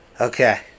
Okay